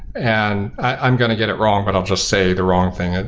and i'm going to get it wrong, but i'll just say the wrong thing. and